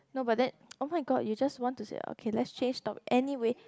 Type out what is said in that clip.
no but then oh-my-god you just want to say okay let's change topic anyway